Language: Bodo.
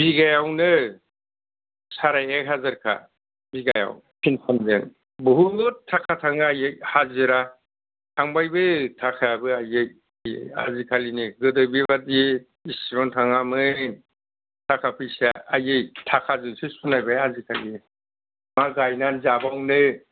बिगायावनो साराय एक हाजारखा बिगायाव फिन्थामजों बुहुद थाखा थाङो आइयै हाजिरा थांबायबो थाखायाबो आइयै आइयै आजि खालिनि गोदो बेबादि इसेबां थाङामोन थाखा फैसा आइयै थाखा जोंसो सुनायबाय आजि खालि मा गायनानै जाबावनो आइयै